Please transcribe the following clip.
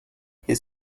his